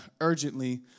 urgently